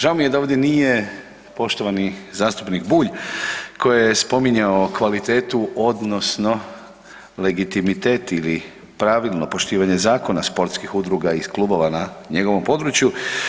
Žao mi je da ovdje nije poštovani zastupnik Bulj koji je spominjao kvalitetu ili legitimitet ili pravilo poštivanje zakona sportskih udruga i klubova na njegovom području.